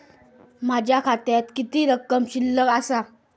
माझ्या खात्यात किती रक्कम शिल्लक आसा?